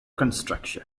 construction